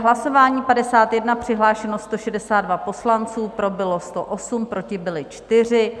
Hlasování 51, přihlášeno 162 poslanců, pro bylo 108, proti byli 4.